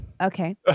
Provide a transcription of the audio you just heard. Okay